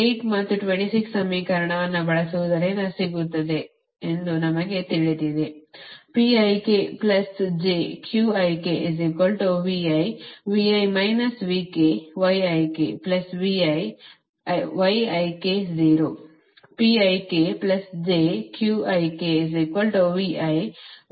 28 ಮತ್ತು 26 ಸಮೀಕರಣವನ್ನು ಬಳಸುವುದರಿಂದ ಸಿಗುತ್ತದೆ ಎಂದು ನಮಗೆ ತಿಳಿದಿದೆ